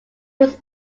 was